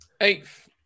eighth